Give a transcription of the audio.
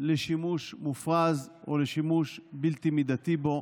מפני שימוש מופרז או שימוש בלתי מידתי בו.